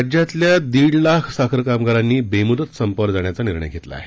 राज्यातल्या दीड लाख साखर कामगारांनी बेमूदत संपावर जाण्याचा निर्णय घेतला आहे